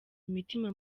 imitima